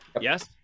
Yes